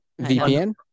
VPN